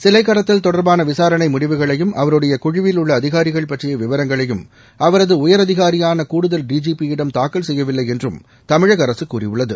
சிலை கடத்தல் தொடர்பான விசாரணை முடிவுகளையும் அவருடைய குழுவில் உள்ள அதிகாரிகள் பற்றிய விவரங்களையும் அவரது உயரதிகாரியான கூடுதல் டிஜிபி யிடம் தூக்கல் செய்யவில்லை என்றும் தமிழக அரசு கூறியுள்ளது